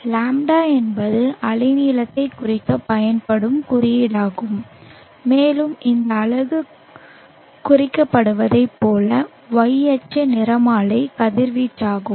λ என்பது அலைநீளத்தைக் குறிக்கப் பயன்படும் குறியீடாகும் மேலும் இந்த அலகு குறிக்கப்படுவதைப் போல y அச்சு நிறமாலை கதிர்வீச்சாகும்